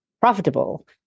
profitable